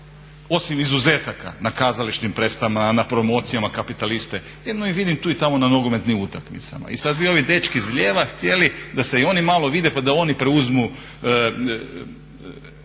osim izuzetaka na kazališnim predstavama, na promocijama kapitaliste. Jedino ih vidim tu i tamo na nogometnim utakmicama. I sad bi ovi dečki slijeva htjeli da se i oni malo vide pa da oni preuzmu